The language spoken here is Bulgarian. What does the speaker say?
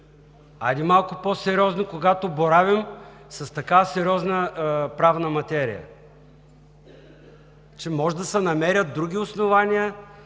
Хайде малко по-сериозно, когато боравим с такава сериозна правна материя! Може да се намерят други основания,